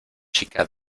chica